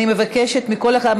אני מבקשת מכל אחד,